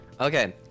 Okay